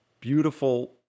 beautiful